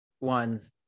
ones